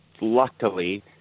luckily